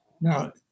Now